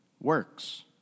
works